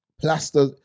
plaster